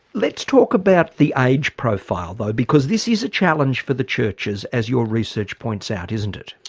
let's talk about the age profile though, because this is a challenge for the churches as your research points out, isn't it?